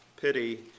pity